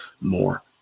more